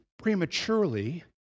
prematurely